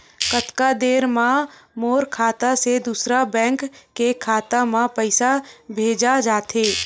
कतका देर मा मोर खाता से दूसरा बैंक के खाता मा पईसा भेजा जाथे?